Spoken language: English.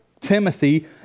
Timothy